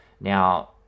Now